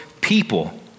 people